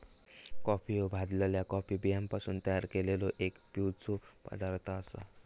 coffee ह्यो भाजलल्या coffee बियांपासून तयार केललो एक पिवचो पदार्थ आसा